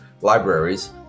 libraries